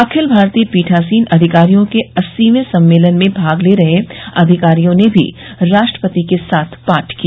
अखिल भारतीय पीठासीन अधिकारियों के अस्सीवें सम्मेलन में भाग ले रहे अधिकारियों ने भी राष्ट्रपति के साथ पाठ किया